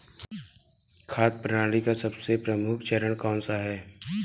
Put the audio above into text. खाद्य प्रणाली का सबसे प्रमुख चरण कौन सा है?